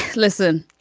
listen.